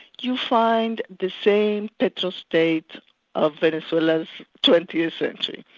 you find the same petro-state of venezuela's twentieth century.